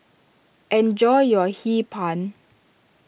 enjoy your Hee Pan